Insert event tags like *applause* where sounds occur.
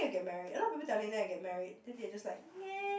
get married a lot of people telling them get married then they are just like *noise*